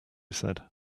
said